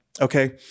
okay